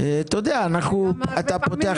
תודה רבה.